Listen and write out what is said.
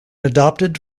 adopted